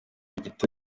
gito